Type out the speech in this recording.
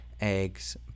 eggs